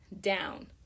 down